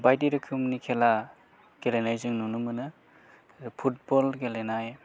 बायदि रोखोमनि खेला गेलेनाय जों नुनो मोनो फुटबल गेलेनाय